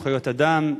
זכויות אדם,